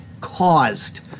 caused